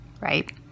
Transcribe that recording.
right